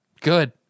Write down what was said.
good